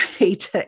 right